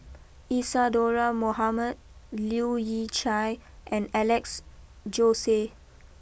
Isadhora Mohamed Leu Yew Chye and Alex Josey